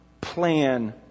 plan